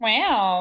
Wow